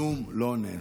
כלום לא נעשה,